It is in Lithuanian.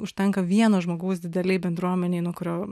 užtenka vieno žmogaus didelėj bendruomenėj nuo kurio